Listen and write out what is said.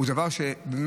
זה דבר שבאמת,